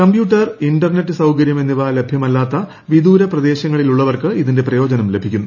computer internet സൌകര്യം എന്നിവ ലഭ്യമല്ലാത്ത വിദൂര പ്രദേശങ്ങളിലുള്ളവർക്ക് ഇതിന്റെ പ്രയോജനം ലഭിക്കും